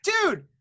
dude